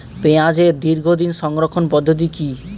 পেঁয়াজের দীর্ঘদিন সংরক্ষণ পদ্ধতি কি?